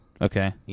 Okay